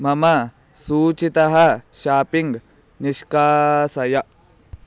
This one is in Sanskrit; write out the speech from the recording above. मम सूचीतः शापिङ्ग् निष्कासय